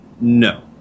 no